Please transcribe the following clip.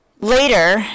Later